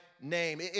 name